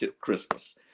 Christmas